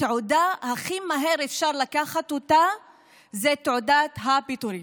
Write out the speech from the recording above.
התעודה שהכי מהר אפשר לקחת אותה זה תעודת הפטירה,